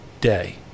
day